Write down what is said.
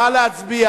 נא להצביע.